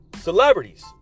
celebrities